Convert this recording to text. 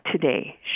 today